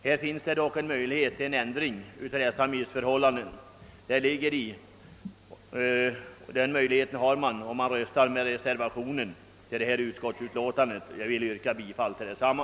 Här finns det dock en möjlighet till ändring av dessa missförhållanden. Den möjligheten har man om man röstar för reservationen vid detta utskottsutlåtande, och jag vill yrka bifall till densamma.